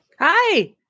hi